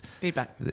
Feedback